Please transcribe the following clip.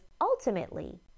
ultimately